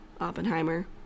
Oppenheimer